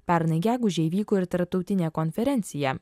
pernai gegužę įvyko ir tarptautinė konferencija